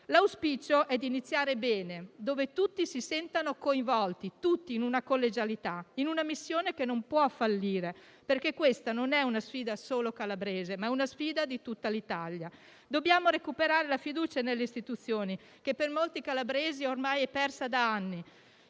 L'auspicio è di iniziare bene, facendo in modo che tutti si sentano coinvolti in una collegialità e in una missione che non può fallire, perché questa non è una sfida solo calabrese, ma di tutta l'Italia. Dobbiamo recuperare la fiducia nelle istituzioni, che per molti calabresi ormai è persa da anni.